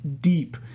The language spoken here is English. deep